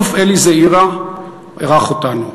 האלוף אלי זעירא אירח אותנו.